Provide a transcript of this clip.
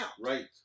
Right